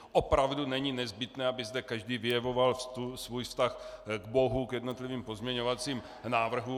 Opravdu není nezbytné, aby zde každý vyjevoval svůj vztah k Bohu, k jednotlivým pozměňovacím návrhům.